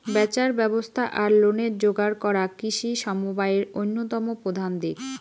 ব্যাচার ব্যবস্থা আর লোনের যোগার করা কৃষি সমবায়ের অইন্যতম প্রধান দিক